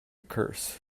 curse